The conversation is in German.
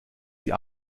sie